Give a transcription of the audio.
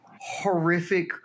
horrific